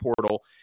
portal